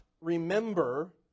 remember